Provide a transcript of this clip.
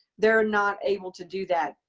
they're not able to do that.